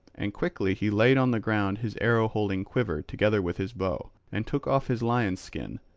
and quickly he laid on the ground his arrow-holding quiver together with his bow, and took off his lion's skin.